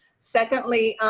secondly,